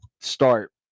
start